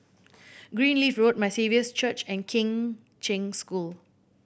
Greenleaf Road My Saviour's Church and Kheng Cheng School